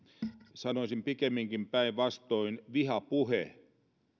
sanoisin pikemminkin päinvastoin vihapuhe